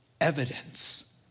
evidence